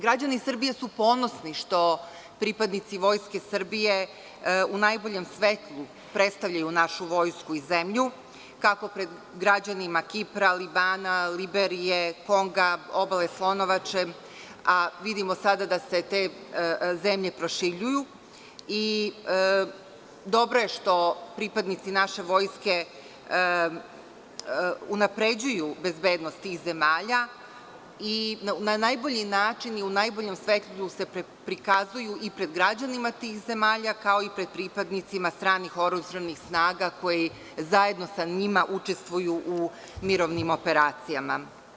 Građani Srbije su ponosni što pripadnici Vojske Srbije u najboljem svetlu predstavljaju našu Vojsku i zemlju, kako pred građanima Kipra, Libana, Liberije, Konga, Obale Slonovače, a vidimo sada da se te zemlje proširuju i dobro je što pripadnici naše Vojske unapređuju bezbednost tih zemalja i na najbolji način i u najboljem svetlu se prikazuju i pred građanima tih zemalja, kao i pred pripadnicima stranih oružanih snaga koji zajedno sa njima učestvuju u mirovnim operacijama.